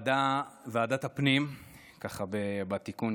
בוועדת הפנים בתיקון,